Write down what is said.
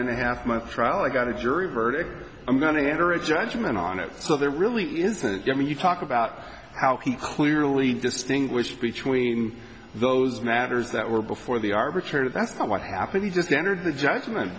and a half month trial i got a jury verdict i'm going to enter a judgment on it so there really isn't given you talk about how he clearly distinguished between those matters that were before the arbitrator that's not what happened he just entered the judgment